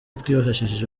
twifashishije